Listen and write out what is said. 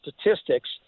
statistics